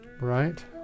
Right